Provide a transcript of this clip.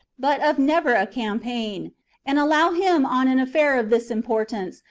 but of never a campaign and allow him on an affair of this importance,